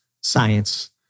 science